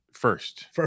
First